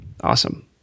Awesome